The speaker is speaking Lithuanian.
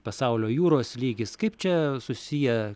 pasaulio jūros lygis kaip čia susiję